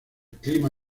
clima